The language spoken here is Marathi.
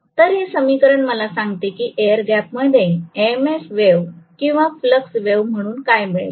तर हे समीकरण मला सांगते की एअर गॅप मध्ये एमएमएफ वेव्ह किंवा फ्लक्स वेव्ह म्हणून काय मिळेल